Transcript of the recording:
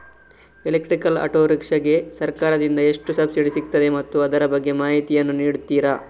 Electrical auto rickshaw ಗೆ ಸರ್ಕಾರ ದಿಂದ ಎಷ್ಟು ಸಬ್ಸಿಡಿ ಸಿಗುತ್ತದೆ ಮತ್ತು ಅದರ ಬಗ್ಗೆ ಮಾಹಿತಿ ಯನ್ನು ನೀಡುತೀರಾ?